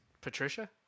Patricia